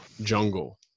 jungle